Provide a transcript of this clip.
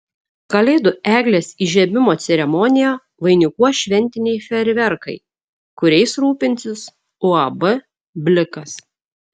kalėdų eglės įžiebimo ceremoniją vainikuos šventiniai fejerverkai kuriais rūpinsis uab blikas